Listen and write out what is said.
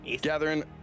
Gathering